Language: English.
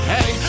Hey